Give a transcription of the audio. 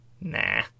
Nah